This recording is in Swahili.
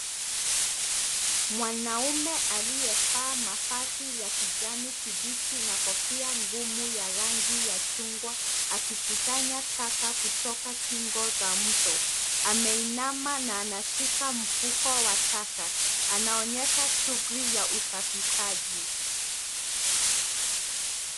Mwanaume aliyevaa mavazi ya kijani kibichi na kofia ngumu ya rangi ya chungwa akikusanya taka kutoka kingo za mto. Ameinama na ameshika mfuko wa taka. Anaonyesha shughuli za usafishaji.